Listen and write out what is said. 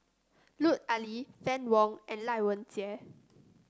Lut Ali Fann Wong and Lai Weijie